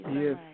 Yes